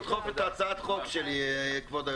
הישיבה ננעלה